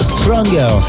Stronger